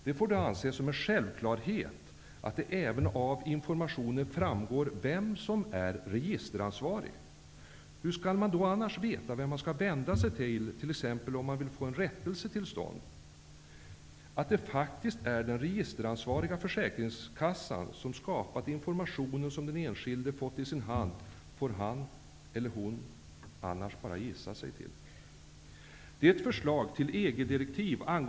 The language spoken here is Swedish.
Det får anses som en självklarhet att det av informationen även framgår vem som är registeransvarig. Hur skall man annars veta vem man skall vända sig till om man t.ex. vill få en rättelse till stånd? Att det faktiskt är den registeransvariga försäkringskassan som skapat informationen som den enskilde har fått i sin hand, får han eller hon annars bara gissa sig till.